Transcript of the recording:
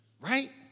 right